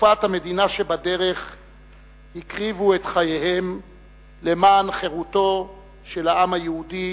שבתקופת המדינה שבדרך הקריבו את חייהם למען חירותו של העם היהודי